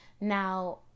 Now